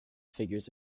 figures